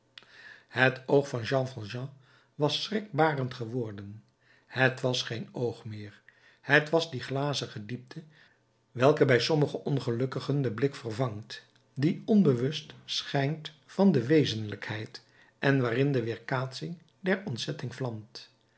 het oog van jean valjean was schrikbarend geworden het was geen oog meer het was die glazige diepte welke bij sommige ongelukkigen den blik vervangt die onbewust schijnt van de wezenlijkheid en waarin de weerkaatsing der ontzetting vlamt